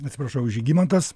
atsiprašau žygimantas